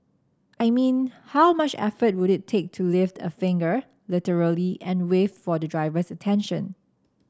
I mean how much effort would it take you to lift a finger literally and wave for the driver's attention